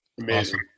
Amazing